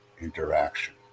interaction